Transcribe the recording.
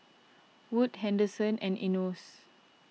Wood Henderson and Enos